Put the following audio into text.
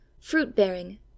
fruit-bearing